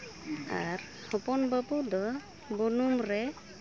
ᱟᱨ ᱦᱚᱯᱚᱱ ᱵᱟᱹᱵᱩ ᱫᱚ ᱵᱩᱱᱩᱢ ᱨᱮ